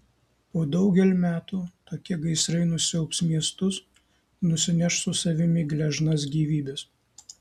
po daugel metų tokie gaisrai nusiaubs miestus nusineš su savimi gležnas gyvybes